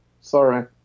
sorry